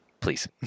please